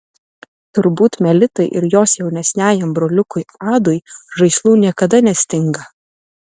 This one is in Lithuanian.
turbūt melitai ir jos jaunesniajam broliukui adui žaislų niekada nestinga